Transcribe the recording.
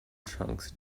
trunks